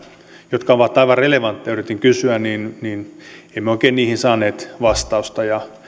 jotka ovat aivan relevantteja yritin kysyä niin niin emme oikein niihin saaneet vastausta ja